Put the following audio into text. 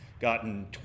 gotten